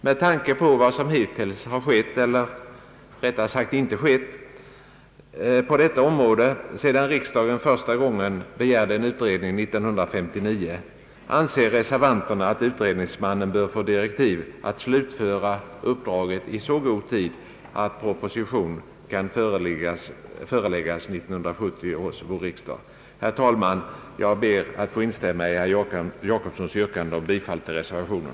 Med tanke på vad som hittills har skett — eller rättare sagt inte skett — på detta område sedan riksdagen första gången begärde en utredning 1959, anser reservanterna att utredningsmannen bör få direktiv att slutföra uppdraget i så god tid att proposition kan föreläggas 1970 års vårriksdag. Herr talman! Jag ber att få instämma i herr Gösta Jacobssons yrkande om bifall till reservationen.